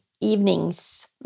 evenings